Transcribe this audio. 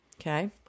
Okay